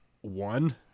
one –